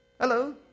Hello